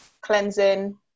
cleansing